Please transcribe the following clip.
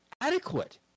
adequate